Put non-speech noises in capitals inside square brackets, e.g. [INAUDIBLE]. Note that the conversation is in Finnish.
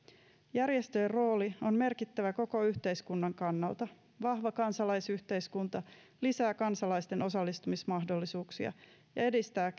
järjestöjen rooli on merkittävä koko yhteiskunnan kannalta vahva kansalaisyhteiskunta lisää kansalaisten osallistumismahdollisuuksia ja edistää [UNINTELLIGIBLE]